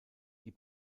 die